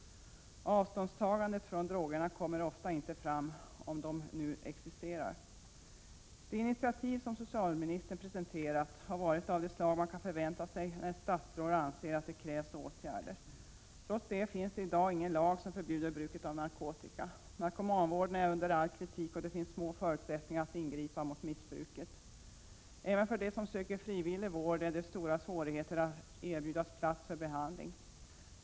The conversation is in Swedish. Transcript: Avståndstagandet från drogerna — 27 oktober 1987 kommer ofta inte fram, om det nu existerar. De initiativ som socialministern presenterat har varit av det slag man kan förvänta sig när ett statsråd anser att det krävs åtgärder. Trots detta finns det i dag ingen lag som förbjuder bruket av narkotika. Narkomanvården är under all kritik, och det finns små förutsättningar att ingripa mot missbruket. Även de som söker frivillig vård har stora svårigheter att erbjudas plats för behandling.